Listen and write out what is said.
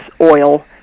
oil